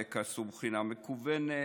חלק עשו בחינה מקוונת,